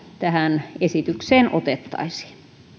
tähän esitykseen otettaisiin